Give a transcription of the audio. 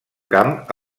camp